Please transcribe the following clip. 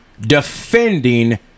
defending